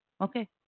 Okay